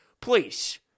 Please